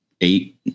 eight